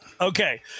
Okay